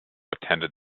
attended